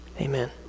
Amen